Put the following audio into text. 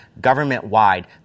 government-wide